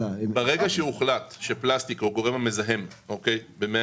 ברגע שהוחלט שפלסטיק הוא הגורם המזהם וברגע